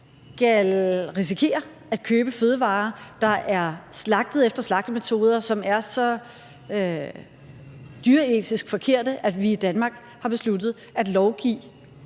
skal risikere at købe fødevarer, der er slagtet efter slagtemetoder, som er så dyreetisk forkerte, at vi i Danmark har besluttet at lovgive